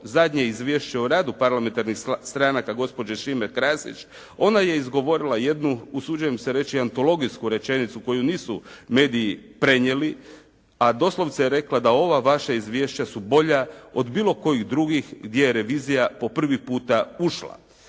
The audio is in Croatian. zadnje Izvješće o radu parlamentarnih stranaka gospođe Šime Krasić, ona je izgovorila jednu usuđujem se reći antologijsku rečenicu koju nisu mediji prenijeli, a doslovce je rekla da ova vaša izvješća su bolja od bilo kojih drugih gdje je revizija po prvi puta ušla.